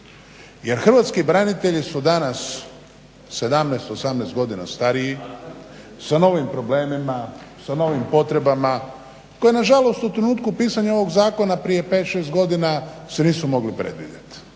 Jer hrvatski branitelji su danas 17, 18 godina stariji, sa novim problemima, sa novim potrebama koje nažalost u trenutku pisanja ovog zakona prije 5, 6 godina se nisu mogli predvidjeti.